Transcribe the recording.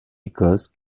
écosse